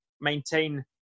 maintain